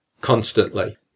constantly